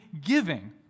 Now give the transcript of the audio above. giving